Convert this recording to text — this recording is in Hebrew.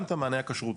גם את המענה הכשרותי,